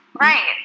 Right